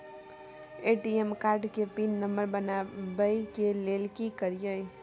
ATM card के PIN number बनाबै के लेल की करिए?